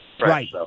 Right